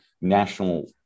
national